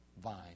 vine